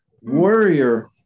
warrior